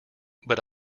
but